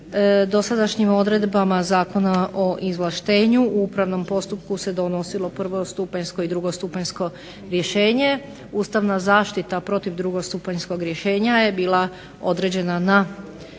Dosadašnjim odredbama Zakona o izvlaštenju u upravnom postupku se donosilo prvostupanjsko i drugostupanjsko rješenje, ustavna zaštita protiv drugostupanjskog rješenja je bila određena pred